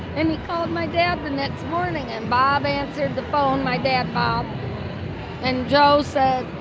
and he called my dad the next morning and bob answered the phone. my dad, bob and joe said,